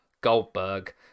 Goldberg